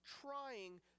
trying